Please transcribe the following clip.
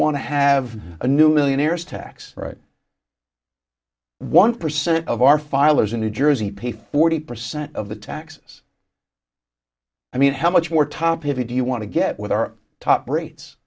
want to have a new millionaires tax write one percent of our filers in new jersey pay forty percent of the taxes i mean how much more topheavy do you want to get with our top rates